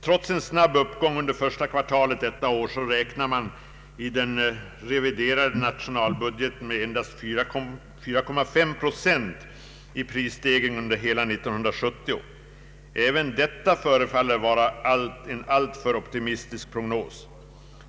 Trots en snabb uppgång under första kvartalet detta år räknar man i den reviderade nationalbudgeten med endast 4,5 procent i prisstegring under hela 1970. Även detta förefaller vara en alltför optimistisk prognos.